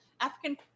African